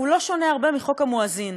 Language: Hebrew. הוא לא שונה הרבה מחוק המואזין.